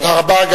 תודה רבה.